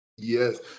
Yes